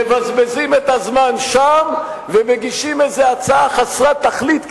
מבזבזים את הזמן שם ומגישים איזו הצעה חסרת תכלית,